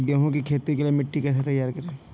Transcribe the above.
गेहूँ की खेती के लिए मिट्टी कैसे तैयार करें?